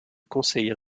conseil